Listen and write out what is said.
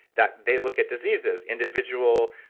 that they look at diseases, individual.